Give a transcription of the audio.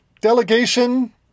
delegation